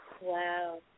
Wow